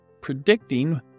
predicting